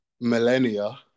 millennia